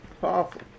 Powerful